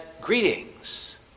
Greetings